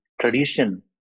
tradition